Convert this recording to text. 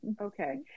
okay